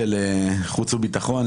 חסרה לי התייחסות,